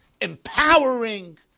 empowering